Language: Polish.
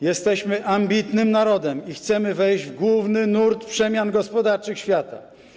Jesteśmy ambitnym narodem i chcemy wejść w główny nurt przemian gospodarczych świata.